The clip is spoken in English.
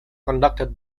conducted